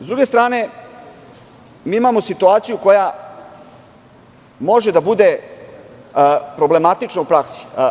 S druge strane, imamo situaciju koja može da bude problematična u praksi.